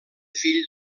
fill